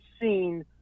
seen